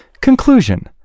Conclusion